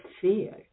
fear